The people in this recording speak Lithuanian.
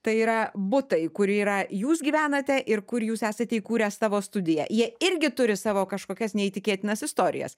tai yra butai kur yra jūs gyvenate ir kur jūs esate įkūręs savo studiją jie irgi turi savo kažkokias neįtikėtinas istorijas